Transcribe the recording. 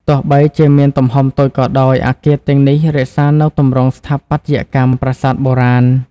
ទោះបីជាមានទំហំតូចក៏ដោយ អគារទាំងនេះរក្សានូវទម្រង់ស្ថាបត្យកម្មប្រាសាទបុរាណ។